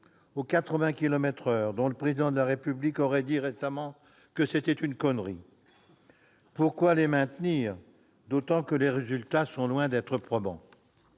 à l'heure, dont le Président de la République aurait dit récemment que c'était « une connerie »! Pourquoi les maintenir, d'autant que les résultats sont loin d'être probants ?